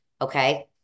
okay